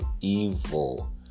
evil